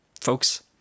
folks